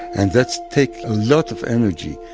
and that's take a lot of energy,